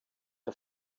der